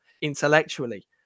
intellectually